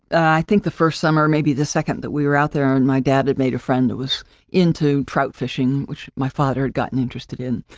i think the first summer maybe the second that we were out there, and my dad had made a friend who was into trout fishing, which my father had gotten interested in.